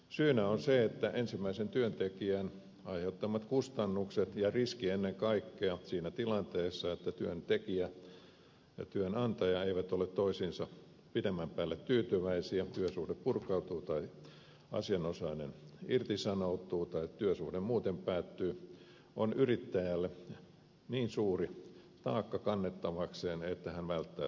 syynä on se että ensimmäisen työntekijän aiheuttamat kustannukset ja ennen kaikkea riski siinä tilanteessa että työntekijä ja työnantaja eivät ole toisiinsa pidemmän päälle tyytyväisiä työsuhde purkautuu tai asianosainen irtisanoutuu tai työsuhde muuten päättyy on yrittäjälle niin suuri taakka kannettavaksi että hän välttää sen ottamista